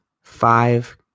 five